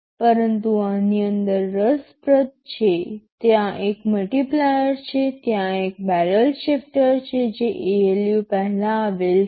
પરંતુ આની અંદર રસપ્રદ છે ત્યાં એક મલ્ટીપ્લાયર છે ત્યાં એક બેરલ શિફ્ટર છે જે ALU પહેલા આવેલ છે